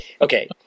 okay